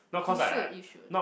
you should you should